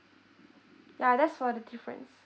ya that's for the difference